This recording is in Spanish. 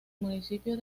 municipio